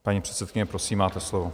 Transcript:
Paní předsedkyně, prosím, máte slovo.